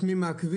את מי מעכבים?